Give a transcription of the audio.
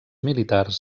militars